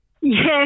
Yes